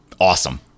Awesome